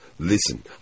Listen